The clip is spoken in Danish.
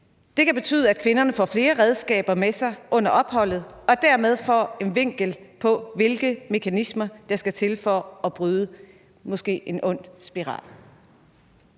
Det kan betyde, at kvinderne får flere redskaber med sig under opholdet og dermed får en vinkel på, hvilke mekanismer der skal til for at bryde måske en ond spiral.